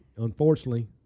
Unfortunately